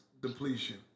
depletion